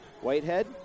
Whitehead